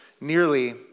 nearly